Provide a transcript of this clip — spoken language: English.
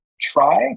try